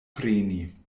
preni